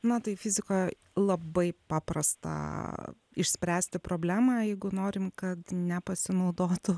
na tai fizika labai paprasta išspręsti problemą jeigu norim kad nepasinaudotų